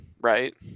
Right